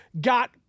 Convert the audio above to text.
got